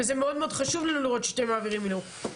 וזה מאוד חשוב לנו לראות שאתם מעבירים הילוך.